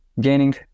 gaining